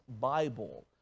Bible